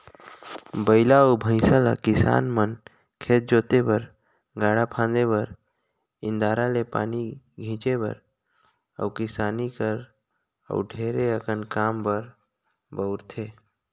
बइला अउ भंइसा ल किसान मन खेत जोते बर, गाड़ा फांदे बर, इन्दारा ले पानी घींचे बर अउ किसानी कर अउ ढेरे अकन काम बर बउरथे